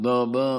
תודה רבה.